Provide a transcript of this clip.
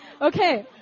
Okay